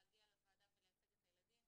להגיע לוועדה ולייצג את הילדים